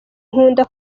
nkunda